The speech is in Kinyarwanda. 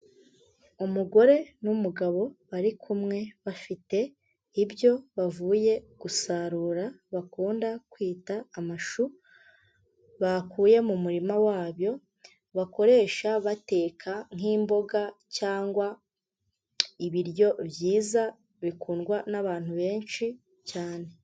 Umugore n'umugabo bari kumwe bafite ibyo bavuye gusarura bakunda kwita amashu bakuye mu murima wabo, bakoresha bateka nk'imboga cyangwa ibiryo byiza bikundwa n'abantu benshi cyane.